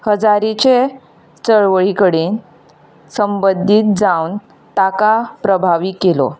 हजारेचे चळवळी कडेन संबंदीत जावन ताका प्रभावी केलो